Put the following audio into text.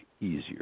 easier